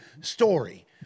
story